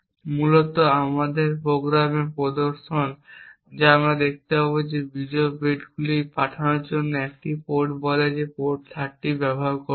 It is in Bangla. এবং মূলত আমাদের প্রোগ্রামে প্রদর্শন যা আমরা দেখতে পাব যে আমরা বিজোড় বিটগুলি পাঠানোর জন্য 1টি পোর্ট বলে পোর্ট 30 ব্যবহার করব